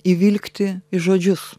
įvilkti į žodžius